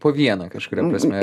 po vieną kažkuria prasme